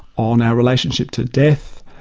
on our relationship to death,